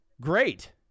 great